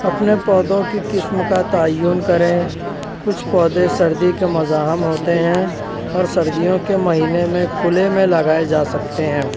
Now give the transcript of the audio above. اپنے پودوں کی قسم کا تعین کریں کچھ پودے سردی کے مزاحم ہوتے ہیں اور سردیوں کے مہینوں میں کھلے میں لگائے جا سکتے ہیں